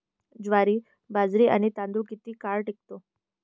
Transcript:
ज्वारी, बाजरी आणि तांदूळ किती काळ टिकतो?